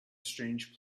strange